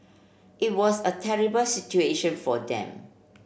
it was a terrible situation for them